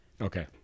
Okay